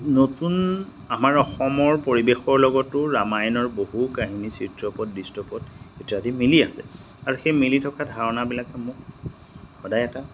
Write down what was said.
নতুন আমাৰ অসমৰ পৰিৱেশৰ লগতো ৰামায়ণৰ বহু কাহিনী চিত্ৰপট দৃশ্যপট ইত্যাদি মিলি আছে আৰু সেই মিলি থকা ধাৰণাবিলাকে মোক সদায় এটা